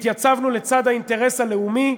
והתייצבנו לצד האינטרס הלאומי,